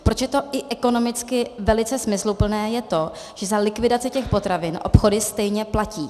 Proč je to i ekonomicky velice smysluplné, je to, že za likvidaci těch potravin obchody stejně platí.